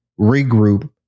regroup